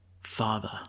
Father